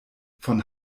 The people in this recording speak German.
von